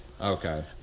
Okay